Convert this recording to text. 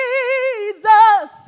Jesus